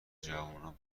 جوونا